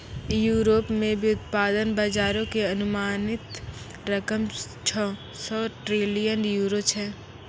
Europe मे व्युत्पादन बजारो के अनुमानित रकम छौ सौ ट्रिलियन यूरो छै